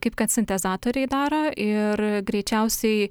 kaip kad sintezatoriai daro ir greičiausiai